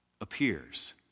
appears